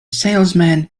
salesman